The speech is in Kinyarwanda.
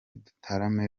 dutarame